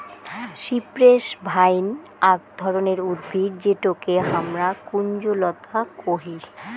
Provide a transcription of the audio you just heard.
cypress vine আক ধরণের উদ্ভিদ যেটোকে হামরা কুঞ্জলতা কোহি